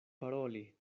paroli